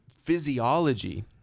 physiology